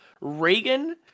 Reagan